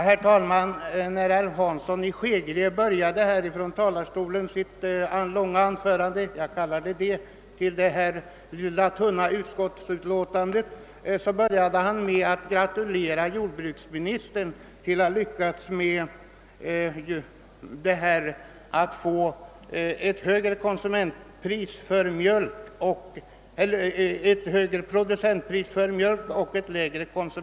Herr talman! Herr Hansson i Skegrie började sitt långa anförande om detta tunna utskottsutlåtande med att gratulera jordbruksministern till att ha lyckats med att få ett högre producentpris och ett lägre konsumentpris för mjölk.